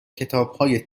کتابهای